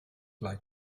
like